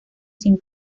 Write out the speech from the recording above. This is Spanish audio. sin